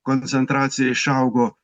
koncentracija išaugo